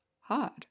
hard